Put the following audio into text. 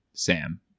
Sam